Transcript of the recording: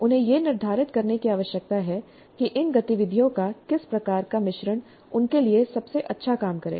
उन्हें यह निर्धारित करने की आवश्यकता है कि इन गतिविधियों का किस प्रकार का मिश्रण उनके लिए सबसे अच्छा काम करेगा